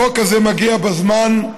החוק הזה מגיע בזמן.